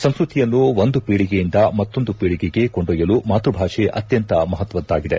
ಸಂಸ್ಕತಿಯನ್ನು ಒಂದು ಪೀಳಿಗೆಯಿಂದ ಮತ್ತೊಂದು ಪೀಳಿಗೆಗೆ ಕೊಂಡೊಯ್ತುಲು ಮಾತೃಭಾಷೆ ಅತ್ಯಂತ ಮಹತ್ವದ್ದಾಗಿದೆ